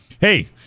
Hey